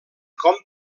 com